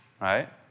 right